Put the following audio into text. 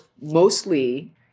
mostly